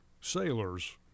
sailors